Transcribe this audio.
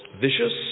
vicious